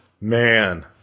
man